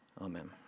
Amen